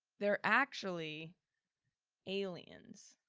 they're actually aliens.